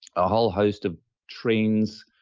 a whole host of trends,